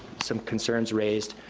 some concerns raised,